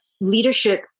leadership